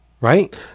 Right